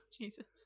Jesus